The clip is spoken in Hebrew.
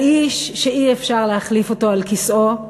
האיש, אי-אפשר להחליף אותו על כיסאו,